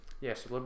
yes